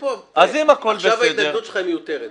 עכשיו ההתנגדות שלך היא מיותרת.